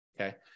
Okay